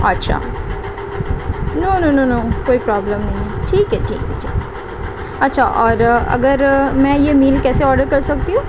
اچھا no no no no کوئی problem نہیں ہے ٹھیک ہے ٹھیک ہے اچھا اور اگر میں یہ میل کیسے آڈر کر سکتی ہوں